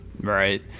Right